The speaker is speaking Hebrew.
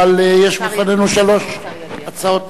אבל יש לפנינו שלוש הצעות,